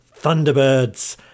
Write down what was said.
Thunderbirds